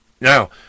Now